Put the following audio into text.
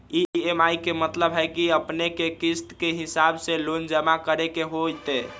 EMI के मतलब है कि अपने के किस्त के हिसाब से लोन जमा करे के होतेई?